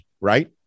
Right